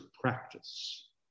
practice